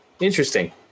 interesting